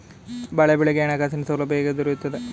ಬಾಳೆ ಬೆಳೆಗೆ ಹಣಕಾಸಿನ ಸೌಲಭ್ಯ ಹೇಗೆ ದೊರೆಯುತ್ತದೆ?